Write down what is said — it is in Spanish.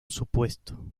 supuesto